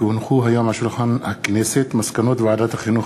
כי הונחו היום על שולחן הכנסת מסקנות ועדת החינוך,